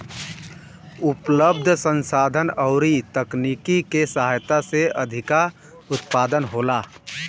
उपलब्ध संसाधन अउरी तकनीकी के सहायता से अधिका उत्पादन होला